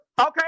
Okay